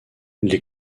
les